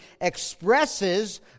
expresses